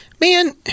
Man